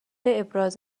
ابراز